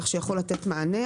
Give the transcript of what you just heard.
כך שהוא יכול לתת מענה.